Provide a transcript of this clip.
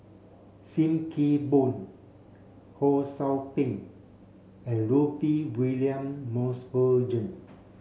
Sim Kee Boon Ho Sou Ping and Rudy William Mosbergen